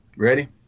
Ready